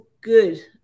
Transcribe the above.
good